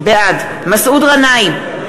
בעד מסעוד גנאים,